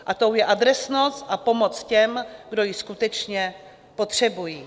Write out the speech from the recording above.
A tou je adresnost a pomoc těm, kdo ji skutečně potřebují.